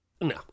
no